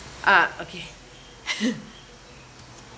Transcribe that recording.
ah okay